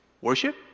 worship